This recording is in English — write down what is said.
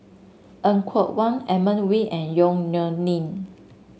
Er Kwong Wah Edmund Wee and Yong Nyuk Lin